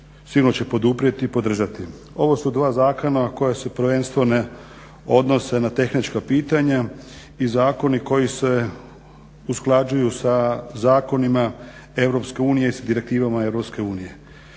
sigurno će poduprijeti i podržati. Ovo su dva zakona koja se prvenstveno odnose na tehnička pitanja i zakoni koji se usklađuju sa zakonima EU i sa direktivama EU.